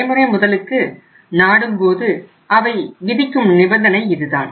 நடைமுறை முதலுக்கு நாடும்போது அவை விதிக்கும் நிபந்தனை இதுதான்